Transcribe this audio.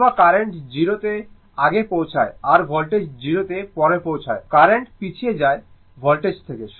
অথবা কারেন্ট 0 তে আগে পৌঁছায় আর ভোল্টেজ 0 তে পরে পৌঁছায় কারেন্ট পিছিয়ে যায় ভোল্টেজ থেকে